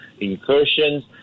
incursions